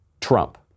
Trump